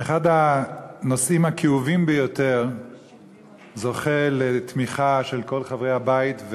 אחד הנושאים הכאובים ביותר זוכה לתמיכה של כל חברי הבית,